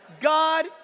God